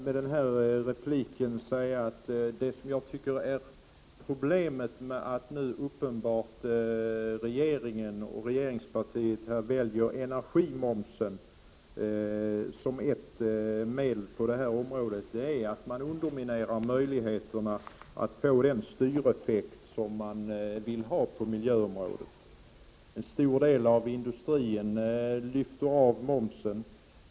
Med den här repliken ville jag bara säga att problemet med att regeringen och regeringspartiet nu uppenbarligen väljer energimomsen som ett medel att åstadkomma något på detta område är att man underminerar möjligheterna att få den styreffekt som man vill ha på miljöområdet. En stor del av industrin lyfter av momsen.